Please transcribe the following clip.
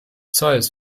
zolls